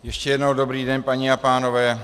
Ještě jednou dobrý den, paní a pánové.